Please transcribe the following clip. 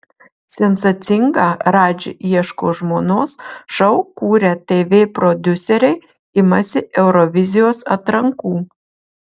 sensacingą radži ieško žmonos šou kūrę tv prodiuseriai imasi eurovizijos atrankų